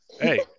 Hey